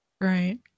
Right